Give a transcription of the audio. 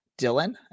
Dylan